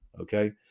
okay